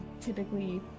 typically